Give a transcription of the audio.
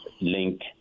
link